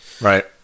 Right